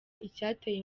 icyateye